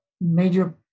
major